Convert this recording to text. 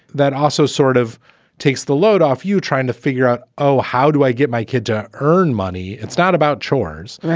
that also sort of takes the load off. you trying to figure out, oh, how do i get my kid to earn money? it's not about chores.